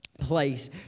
place